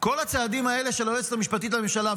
כל הצעדים האלה של היועצת המשפטית לממשלה,